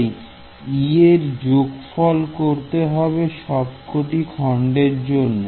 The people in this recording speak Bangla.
তাই e এর যোগফল করতে হবে সবকটি খণ্ডের জন্য